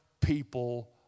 people